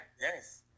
Yes